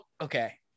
okay